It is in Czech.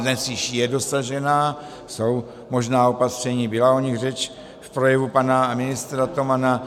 Dnes již je dosažena, jsou možná opatření, byla o nich řeč v projevu pana ministra Tomana.